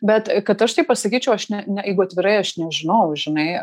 bet kad aš taip pasakyčiau aš ne ne jeigu atvirai aš nežinau žinai